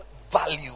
value